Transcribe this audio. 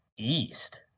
east